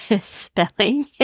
spelling